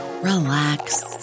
relax